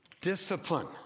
discipline